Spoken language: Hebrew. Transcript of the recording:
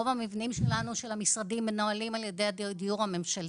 רוב המבנים של המשרדים שלנו מנוהלים על ידי הדיור הממשלתי.